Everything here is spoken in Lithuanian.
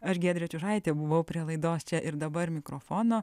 aš giedrė čiužaitė buvau prielaidos čia ir dabar mikrofono